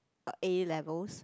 A-levels